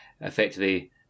effectively